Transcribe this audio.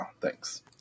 Thanks